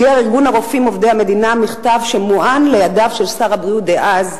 שיגר ארגון הרופאים עובדי המדינה מכתב שמוען לידיו של שר הבריאות דאז,